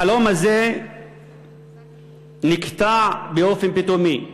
החלום הזה נקטע באופן פתאומי.